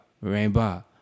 rainbow